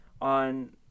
on